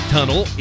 Tunnel